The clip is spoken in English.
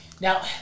Now